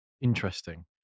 Interesting